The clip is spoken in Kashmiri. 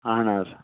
اَہن حظ